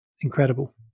incredible